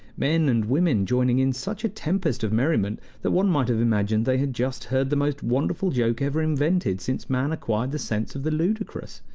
men and women joining in such a tempest of merriment that one might have imagined they had just heard the most wonderful joke ever invented since man acquired the sense of the ludicrous.